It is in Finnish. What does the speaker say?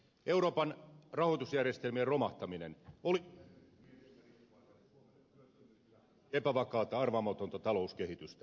euroopan rahoitusjärjestelmien romahtaminen olisi merkinnyt viennistä riippuvaiselle suomelle työttömyyttä ja epävakaata arvaamatonta talouskehitystä